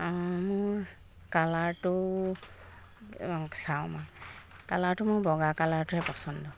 মোৰ কালাৰটো চাওঁ মই কালাৰটো মোৰ বগা কালাৰটোহে পচন্দ